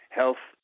health